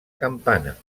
campana